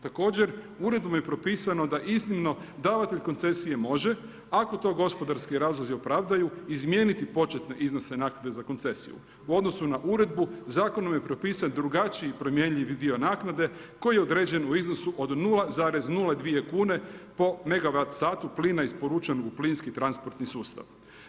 Također, uredbom je propisano da iznimno davatelj koncesije može, ako to gospodarski razlozi opravdaju, izmijeniti početne iznose naknade za koncesiju u odnosu na uredbu zakonom je propisan drugačiji i promjenjivi dio naknade, koji je određen u iznosu od 0,02 kn po megabajt satu plina isporučen u plinski transportni sustav.